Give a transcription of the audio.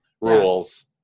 rules